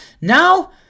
Now